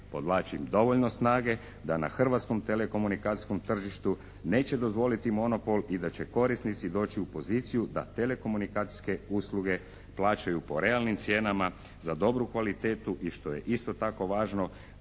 podvlačim dovoljno snage da na hrvatskom telekomunikacijskom tržištu neće dozvoliti monopol i da će korisnici doći u poziciju da telekomunikacijske usluge plaćaju po realnim cijenama za dobru kvalitetu i što je isto tako važno